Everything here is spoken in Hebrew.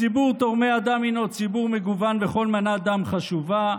ציבור תורמי הדם הוא ציבור מגוון וכל מנת דם חשובה.